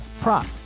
prop